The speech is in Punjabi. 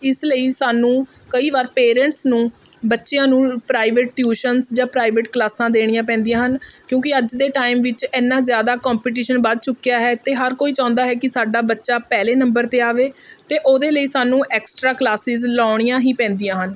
ਇਸ ਲਈ ਸਾਨੂੰ ਕਈ ਵਾਰ ਪੇਰੈਂਟਸ ਨੂੰ ਬੱਚਿਆਂ ਨੂੰ ਪ੍ਰਾਈਵੇਟ ਟਿਊਸ਼ਨਸ ਜਾਂ ਪ੍ਰਾਈਵੇਟ ਕਲਾਸਾਂ ਦੇਣੀਆਂ ਪੈਂਦੀਆਂ ਹਨ ਕਿਉਂਕਿ ਅੱਜ ਦੇ ਟਾਈਮ ਵਿੱਚ ਐਨਾ ਜ਼ਿਆਦਾ ਕੰਪੀਟੀਸ਼ਨ ਵਧ ਚੁੱਕਿਆ ਹੈ ਅਤੇ ਹਰ ਕੋਈ ਚਾਹੁੰਦਾ ਹੈ ਕਿ ਸਾਡਾ ਬੱਚਾ ਪਹਿਲੇ ਨੰਬਰ 'ਤੇ ਆਵੇ ਅਤੇ ਉਹਦੇ ਲਈ ਸਾਨੂੰ ਐਕਸਟਰਾ ਕਲਾਸਿਜ ਲਾਉਣੀਆਂ ਹੀ ਪੈਂਦੀਆਂ ਹਨ